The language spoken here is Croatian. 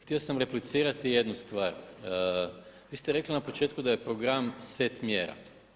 Htio sam replicirati jednu stvar, vi ste rekli na početku da je program set mjera.